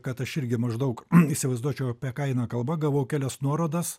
kad aš irgi maždaug įsivaizduočiau apie ką eina kalba gavau kelias nuorodas